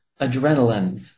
Adrenaline